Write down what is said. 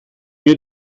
mir